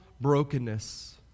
brokenness